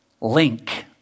link